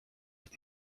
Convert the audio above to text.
ist